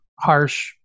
harsh